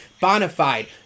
Bonafide